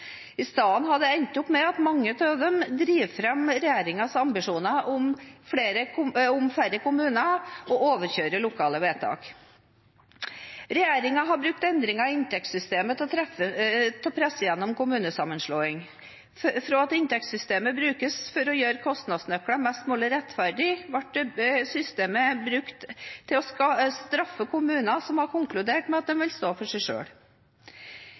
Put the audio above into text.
dem driver fram regjeringens ambisjoner om færre kommuner og overkjører lokale vedtak. Regjeringen har brukt endringer i inntektssystemet til å presse gjennom kommunesammenslåing. Fra at inntektssystemet brukes for å gjøre kostnadsnøklene mest mulig rettferdige, ble systemet brukt til å straffe kommuner som har konkludert med at de vil stå for seg